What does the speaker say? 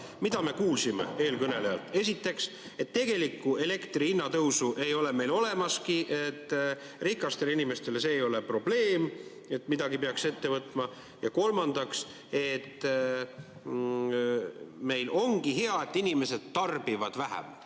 Mida me kuulsime eelkõnelejalt? Esiteks, et tegelikku elektri hinna tõusu ei ole meil olemaski, et rikastele inimestele see ei ole selline probleem, et midagi peaks ette võtma, ja kolmandaks, ongi hea, et inimesed tarbivad vähem,